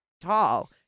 tall